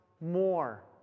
more